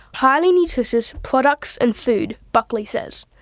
highly nutritious products and food buckley says.